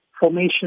Formation